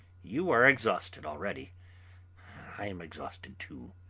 you are exhausted already i am exhausted too.